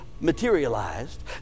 materialized